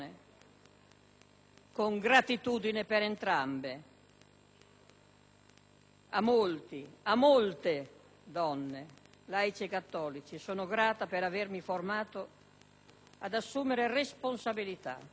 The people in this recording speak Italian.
A molti, a molte, laici e cattolici, sono grata per avermi formato ad assumere responsabilità e ad assumerla soprattutto nei momenti difficili, non scontati.